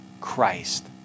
Christ